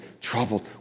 troubled